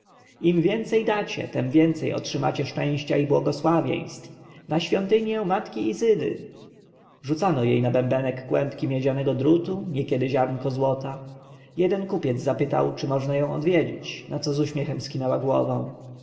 im więcej dacie tem więcej otrzymacie szczęścia i błogosławieństw na świątynię matki izydy rzucano jej na bębenek kłębki miedzianego drutu niekiedy ziarnko złota jeden kupiec zapytał czy można ją odwiedzić na co z uśmiechem skinęła głową